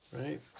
Right